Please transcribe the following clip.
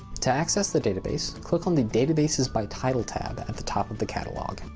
to access the database, click on the databases by title tab at the top of the catalog.